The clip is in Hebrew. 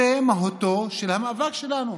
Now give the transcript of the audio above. זו מהותו של המאבק שלנו.